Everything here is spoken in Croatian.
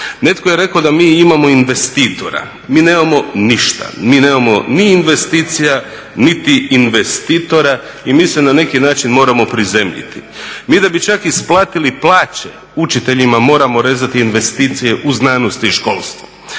Netko je rekao da mi imamo investitora. Mi nemamo ništa. Mi nemamo ni investicija niti investitora i mi se na neki način moramo prizemljiti. Mi da bi čak isplatili plaće učiteljima moramo rezati investicije u znanosti i školstvu.